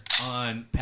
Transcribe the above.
on